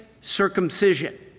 circumcision